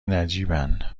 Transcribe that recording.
نجیبن